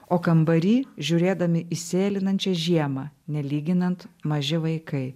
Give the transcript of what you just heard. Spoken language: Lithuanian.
o kambary žiūrėdami išsėlinančią žiemą nelyginant maži vaikai